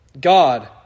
God